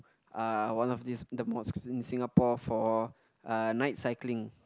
uh one of this the mosque in Singapore for uh night cycling